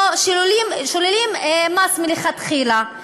לא שוללים מס מלכתחילה,